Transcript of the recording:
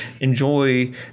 enjoy